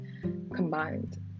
combined